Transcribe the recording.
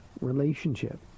relationship